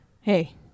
Hey